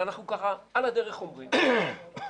ואנחנו ככה על הדרך אומרים להאריך,